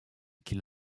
qu’il